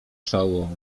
czoło